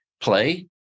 play